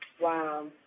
Wow